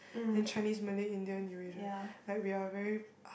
then Chinese Malay Indian Eurasian like we're very har~